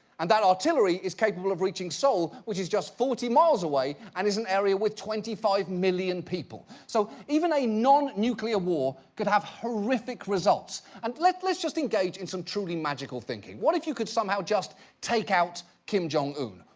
and that artillery is capable of reaching seoul, which is just forty miles away, and is an area with twenty five million people. so, even a non-nuclear war could have horrific results. and, let's let's just engage in some truly magical thinking. what if you could somehow just take out kim jong-un?